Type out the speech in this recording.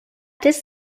this